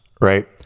right